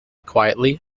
quietly